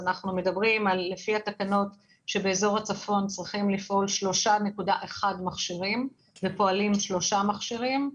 לפי התקנות באזור הצפון צריכים לפעול 3.1 מכשירים ופועלים 3 מכשירים.